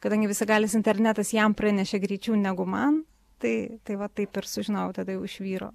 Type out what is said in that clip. kadangi visagalis internetas jam pranešė greičiau negu man tai tai va taip ir sužinojau tada jau iš vyro